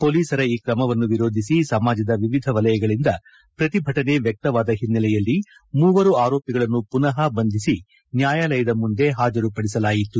ಮೊಲೀಸರ ಈ ಕ್ರಮವನ್ನು ವಿರೋಧಿಸಿ ಸಮಾಜದ ವಿವಿಧ ವಲಯಗಳಿಂದ ಪ್ರತಿಭಟನೆ ವ್ವಕ್ತವಾದ ಹಿನ್ನೆಲೆಯಲ್ಲಿ ಮೂವರು ಆರೋಪಿಗಳನ್ನು ಪುನಃ ಬಂಧಿಸಿ ನ್ಯಾಯಾಲಯದ ಮುಂದೆ ಪಾಜರು ಪಡಿಸಲಾಯಿತು